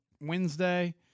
Wednesday